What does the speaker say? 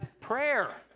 Prayer